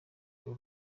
uru